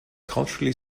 culturally